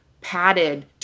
padded